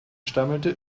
stammelte